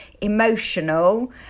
emotional